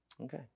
Okay